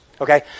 Okay